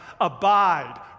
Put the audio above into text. abide